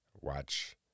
watch